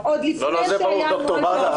עוד לפני שהיה הנוהל --- זה ברור, ד"ר ברדה.